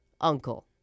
uncle